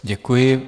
Děkuji.